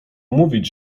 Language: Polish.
mówić